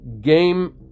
game